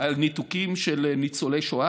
שר האנרגיה יובל שטייניץ: על הניתוקים של ניצולי שואה,